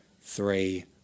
three